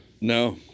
No